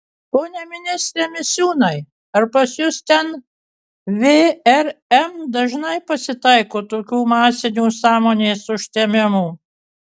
pone ministre misiūnai ar pas jus ten vrm dažnai pasitaiko tokių masinių sąmonės užtemimų